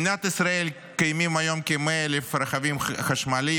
במדינת ישראל קיימים כ-100,000 רכבים חשמליים,